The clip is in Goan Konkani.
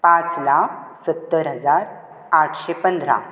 पांच लाख सत्तर हजार आठशे पंदरा